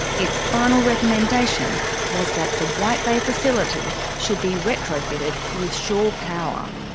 its final recommendation was that the white bay facility should be retrofitted with shore power.